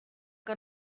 que